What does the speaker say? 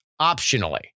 optionally